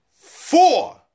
four